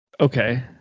Okay